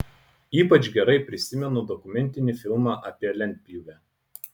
ypač gerai prisimenu dokumentinį filmą apie lentpjūvę